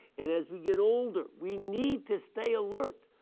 and as we get older we need to stay alert.